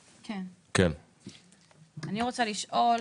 אני רוצה לשאול,